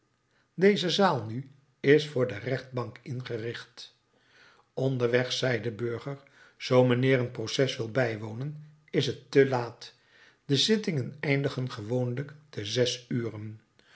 deze zaal nu is voor de rechtbank ingericht onderweg zei de burger zoo mijnheer een proces wil bijwonen is het te laat de zittingen eindigen gewoonlijk te zes uren